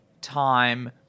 time